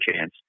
chance